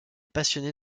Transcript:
passionné